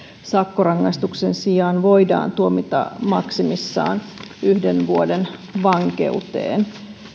sakkorangaistuksen sijaan voidaan tuomita maksimissaan yhden vuoden vankeuteen